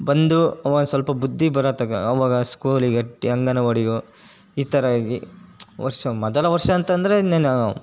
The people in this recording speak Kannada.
ಬಂದು ಒಂದ್ಸ್ವಲ್ಪ ಬುದ್ಧಿ ಬರೋತಕ ಆವಾಗ ಸ್ಕೂಲಿಗಟ್ಟಿ ಅಂಗನವಾಡಿಗೋ ಈ ಥರ ವರ್ಷ ಮೊದಲ ವರ್ಷ ಅಂತ ಅಂದರೆ ಇನ್ನೇನು